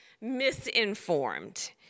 misinformed